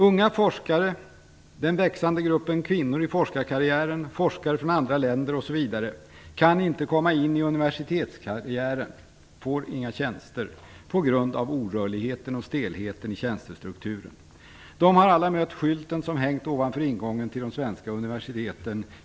Unga forskare, den växande gruppen kvinnor i forskarkarriären, forskare från andra länder m.fl. kan inte komma in i universitetskarriären och får inga tjänster på grund av orörligheten och stelheten i tjänstestrukturen. De har alla mött skylten som i över 20 år har hängt ovanför ingången till de svenska universiteten.